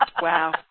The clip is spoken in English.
Wow